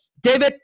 David